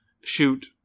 shoot